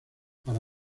para